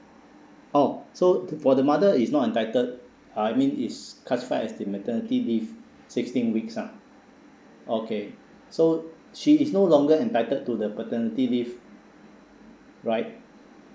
oh so t~ for the mother is not entitled uh I mean is classified as the maternity leave sixteen weeks ah okay so she is no longer entitled to the paternity leave right